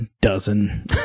dozen